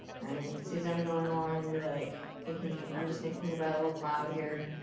right? see as i'm going along, and be like, thinking i'm just thinking about a little cloud here.